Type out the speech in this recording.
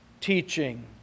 teaching